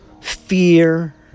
fear